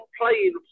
playing